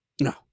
No